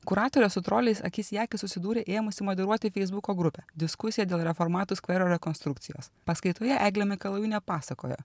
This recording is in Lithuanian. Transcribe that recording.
kuratorė su troliais akis į akį susidūrė ėmusi moderuoti feisbuko grupę diskusija dėl reformatų skvero rekonstrukcijos paskaitoje eglė mikalajūnė pasakoja